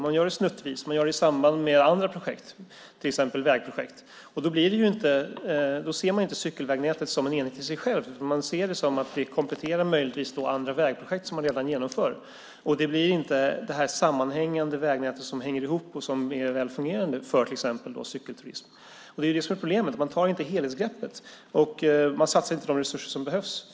Man gör det snuttvis och i samband med andra projekt, till exempel vägprojekt. Då ser man inte cykelvägnätet som en enhet i sig, utan man ser det som något som möjligtvis kompletterar andra vägprojekt som redan genomförs. Det blir inte ett sammanhängande vägnät som fungerar väl för till exempel cykelturism. Problemet är just att man inte tar ett helhetsgrepp. Man satsar inte de resurser som behövs.